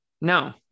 No